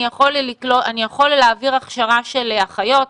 אני יכול להעביר הכשרה של אחיות,